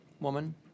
woman